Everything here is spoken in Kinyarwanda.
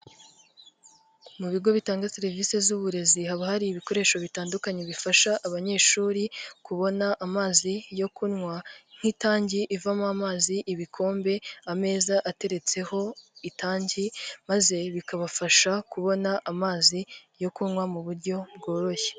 Mu bigo bitanga serivisi z'uburezi, haba hari ibikoresho bitandukanye bifasha abanyeshuri kubona amazi yo kunywa nk'itangi ivamo amazi, ibikombe, ameza ateretseho itangi, maze bikabafasha kubona amazi yo kunywa mu buryo bworoshye.